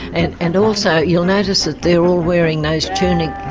and and also you'll notice that they are all wearing those tunic